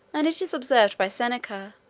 and it is observed by seneca,